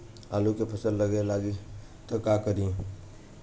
आलू के फ़सल गले लागी त का करी?